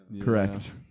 correct